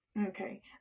Okay